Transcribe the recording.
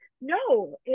no